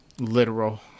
Literal